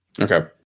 Okay